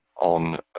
on